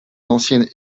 l’ancienne